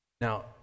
Now